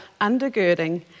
undergirding